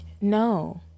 No